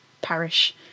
parish